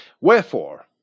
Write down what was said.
Wherefore